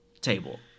table